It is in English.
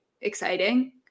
exciting